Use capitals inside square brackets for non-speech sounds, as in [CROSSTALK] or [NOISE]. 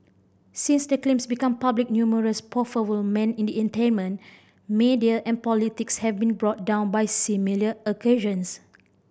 since the claims became public numerous powerful [UNINTELLIGIBLE] men in the entertainment media and politics have been brought down by similar [UNINTELLIGIBLE]